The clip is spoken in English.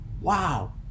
Wow